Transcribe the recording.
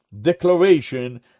declaration